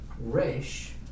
Resh